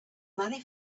marry